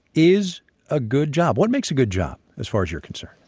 is a good job? what makes a good job as far as you're concerned?